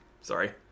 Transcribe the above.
Sorry